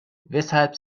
weshalb